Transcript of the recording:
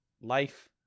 life